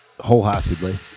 wholeheartedly